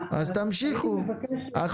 רציתי לבקש --- אז תמשיכו.